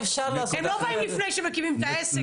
הם לא באים לפני שמקימים את העסק.